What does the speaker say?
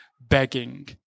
begging